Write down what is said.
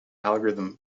algorithm